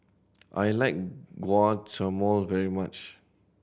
I like Guacamole very much